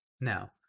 Now